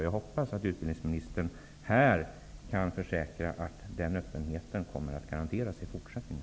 Jag hoppas att utbildningsministern här kan försäkra att öppenheten skall garanteras i fortsättningen.